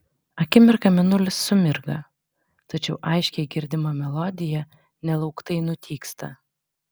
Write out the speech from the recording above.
akimirką mėnulis sumirga tačiau aiškiai girdima melodija nelauktai nutyksta